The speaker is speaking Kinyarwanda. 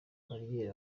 bariyeri